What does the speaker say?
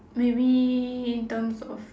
maybe in terms of